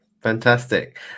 Fantastic